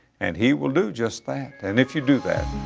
and he will do just that. and if you do that,